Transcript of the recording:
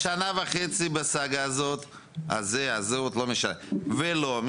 אנחנו כבר שנה וחצי בסאגה הזו ולא מתקדמים.